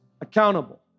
accountable